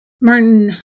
Martin